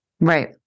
right